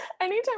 Anytime